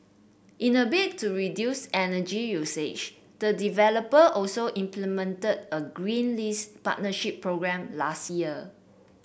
in a bid to reduce energy usage the developer also implemented a green lease partnership programme last year